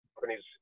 companies